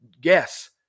Guess